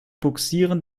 bugsieren